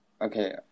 Okay